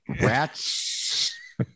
rats